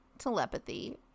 telepathy